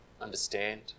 understand